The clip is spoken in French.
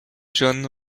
john